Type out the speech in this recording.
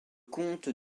compte